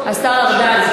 השר ארדן,